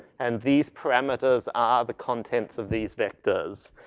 and these parameters are the contents of these vectors.